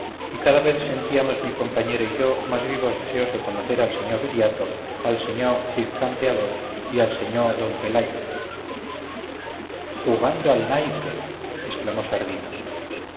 y cada vez sentíamos mi compañero y yo más vivos deseos de conocer al señó viriato al señó cid campeador y al señó d pelayo jugando al naipe exclamó sardina